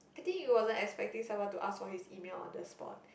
I think he wasn't expecting someone to ask for his email on the spot